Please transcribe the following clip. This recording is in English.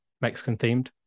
Mexican-themed